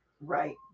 Right